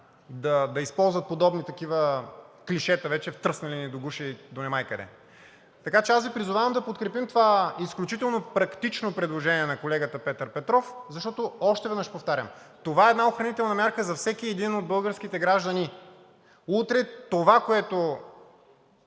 да използват подобни такива клишета – вече втръсна ни и до гуша, и до немай къде. Така че аз Ви призовавам да подкрепим това изключително практично предложение на колегата Петър Петров, защото, още веднъж повтарям, това е една охранителна мярка за всеки един от българските граждани. Утре това, което